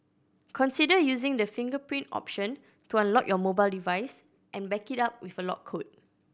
consider using the fingerprint option to unlock your mobile device and back it up with a lock code